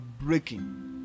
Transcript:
breaking